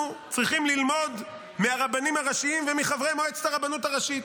אנחנו צריכים ללמוד מהרבנים הראשיים ומחברי מועצת הרבנות הראשית.